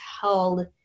held